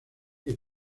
que